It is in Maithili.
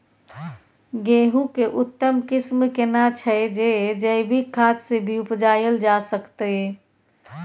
गेहूं के उत्तम किस्म केना छैय जे जैविक खाद से भी उपजायल जा सकते?